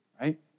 right